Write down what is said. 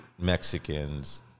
Mexicans